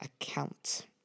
account